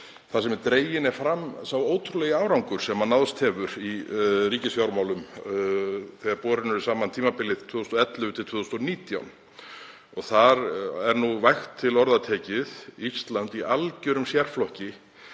þar sem dreginn er fram sá ótrúlegi árangur sem náðst hefur í ríkisfjármálum þegar borin eru saman tímabilin 2011–2019. Þar er Ísland vægt til orða tekið í algerum sérflokki